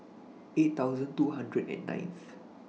eight thousand two hundred and ninth